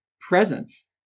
presence